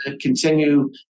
continue